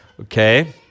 okay